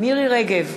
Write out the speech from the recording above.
מירי רגב,